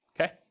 okay